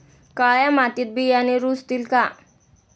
काळ्या मातीत बियाणे रुजतील का?